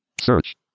Search